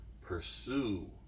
pursue